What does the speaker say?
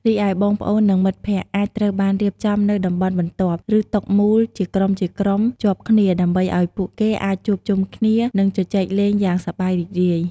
រីឯបងប្អូន និងមិត្តភក្តិអាចត្រូវបានរៀបចំនៅតំបន់បន្ទាប់ ឬតុមូលជាក្រុមៗជាប់គ្នា ដើម្បីឲ្យពួកគេអាចជួបជុំគ្នា និងជជែកលេងយ៉ាងសប្បាយរីករាយ។